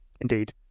Indeed